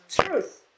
truth